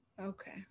okay